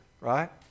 right